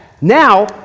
now